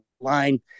line